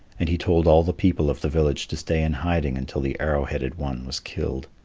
and he told all the people of the village to stay in hiding until the arrow-headed one was killed.